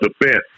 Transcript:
defense